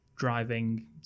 driving